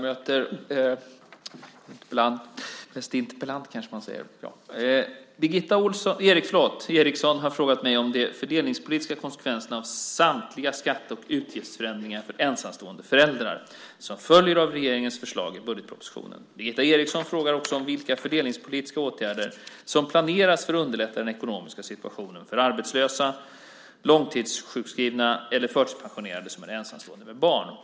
Fru talman! Birgitta Eriksson har frågat mig om de fördelningspolitiska konsekvenserna av samtliga skatte och utgiftsförändringar för ensamstående föräldrar som följer av regeringens förslag i budgetpropositionen. Birgitta Eriksson frågar också om vilka fördelningspolitiska åtgärder som planeras för att underlätta den ekonomiska situationen för arbetslösa, långtidssjukskrivna eller förtidspensionerade som är ensamstående med barn.